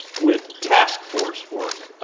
with task force work?